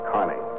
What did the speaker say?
Carney